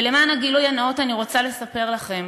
למען הגילוי הנאות, אני רוצה לספר לכם